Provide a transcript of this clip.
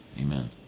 Amen